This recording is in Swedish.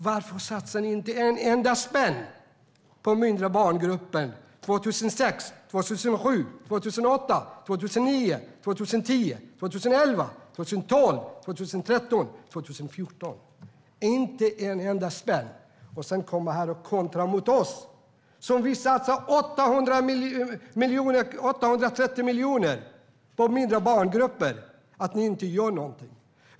Varför satsade ni inte en enda spänn på mindre barngrupper 2006, 2007, 2008, 2009, 2010, 2011, 2012, 2013 eller 2014, inte en enda? Sedan kommer ni här och kontrar mot oss, som vill satsa 830 miljoner på mindre barngrupper. Ni gjorde ingenting.